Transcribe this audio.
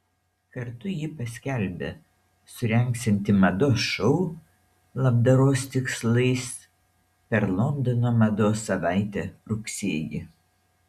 kartu ji paskelbė surengsianti mados šou labdaros tikslais per londono mados savaitę rugsėjį